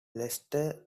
lester